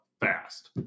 fast